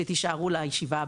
שתשארו לישיבה הבאה.